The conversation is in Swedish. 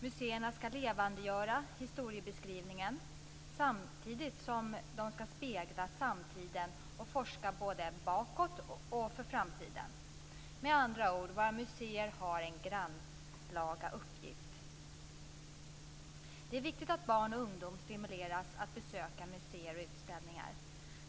Museerna ska levandegöra historieskrivningen, samtidigt som de ska spegla samtiden och forska bakåt och för framtiden. Med andra ord: Våra museer har en grannlaga uppgift. Det är viktigt att barn och ungdom stimuleras att besöka museer och utställningar.